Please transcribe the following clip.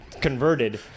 converted